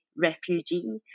refugee